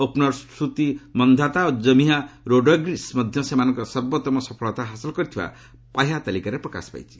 opener Smriti Mandhana ଓ ଜେମିହା ରୋଡ୍ରିଗ୍ୱ ମଧ୍ୟ ସେମାନଙ୍କର ସର୍ବୋତ୍ତମ ସଫଳତା ହାସଲ କରିଥିବା ପାହ୍ୟା ତାଲିକାରେ ପ୍ରକାଶ ପାଇଛି